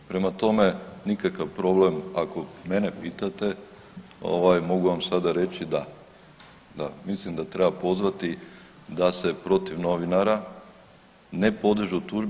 Prema tome, nikakav problem ako mene pitate mogu vam sada reći da mislim da treba pozvati da se protiv novinara ne podižu tužbe.